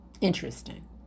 Interesting